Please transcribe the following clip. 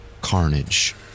carnage